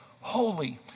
holy